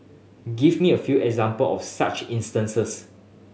give me a few example of such instances